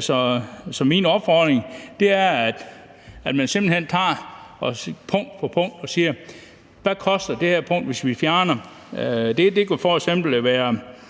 Så min opfordring er, at man simpelt hen tager det punkt for punkt og siger: Hvad koster det, hvis vi fjerner f.eks. det med